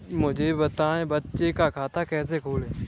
मुझे बताएँ बच्चों का खाता कैसे खोलें?